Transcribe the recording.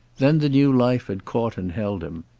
then the new life had caught and held him.